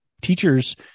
teachers